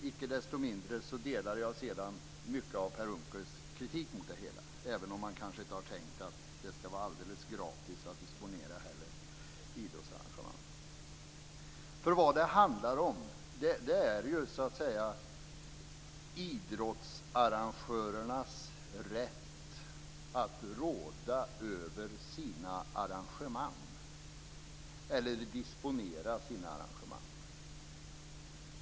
Icke desto mindre delar jag mycket av Per Unckels kritik mot det hela, även om man inte har tänkt att det skall vara alldeles gratis att disponera idrottsarrangemang. Vad det handlar om är idrottsarrangörernas rätt att råda över eller disponera sina arrangemang.